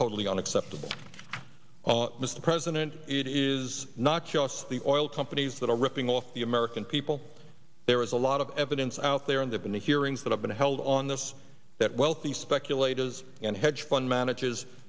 totally unacceptable mr president it is not just the oil companies that are ripping off the american people there is a lot of evidence out there and they've been the hearings that have been held on this that wealthy speculators and hedge fund managers